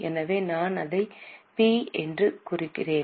எனவே நான் அதை பி என்று குறிக்கிறேன்